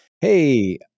hey